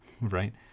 right